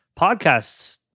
podcasts